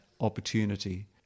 opportunity